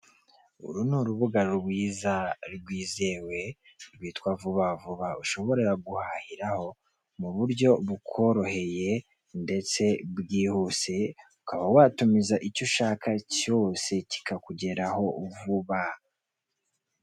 Uru ni uru buga rwiza rwizewe rwitwa Vuba vuba ushobora guhahirahomu buryo bukoroheye ndetse bwihuse ukaba watumiza icyo ushaka cyose kikakugeraho vuba.